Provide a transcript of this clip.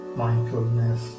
mindfulness